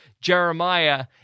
Jeremiah